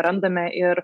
randame ir